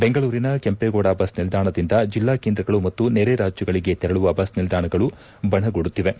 ಬೆಂಗಳೂರಿನ ಕೆಂಪೇಗೌಡ ಬಸ್ ನಿಲ್ದಾಣದಿಂದ ಜಿಲ್ಲಾ ಕೇಂದ್ರಗಳು ಮತ್ತು ನೆರೆ ರಾಜ್ಯಗಳಿಗೆ ತೆರಳುವ ಬಸ್ ನಿಲ್ದಾಣಗಳು ಬಣಗುಡುತ್ತಿವೆ